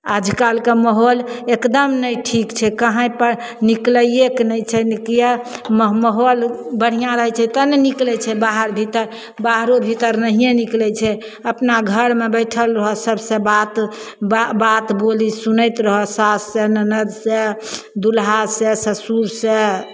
आजकालके माहौल एकदम नहि ठीक छै कही पर निकलैएके नहि छै नहि किए माहौल माहौल बढ़िआँ रहैत छै तऽ ने निकलैत छै बाहर भीतर बाहरो भीतर नहिए निकलैत छै अपना घरमे बैठल रहो सबसे बात बा बात बोली सुनैत रहो सास से ननद से दुल्हा से ससुर से